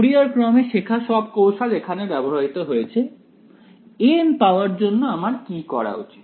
Fourier ক্রমে শেখা সব কৌশল এখানে ব্যবহৃত হয়েছে an পাওয়ার জন্য আমার কি করা উচিত